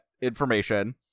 information